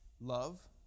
love